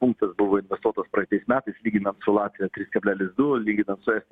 punktas buvo investuotas praeitais metais lyginant su latvija trys kablelis du lyginant su estija